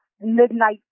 Midnight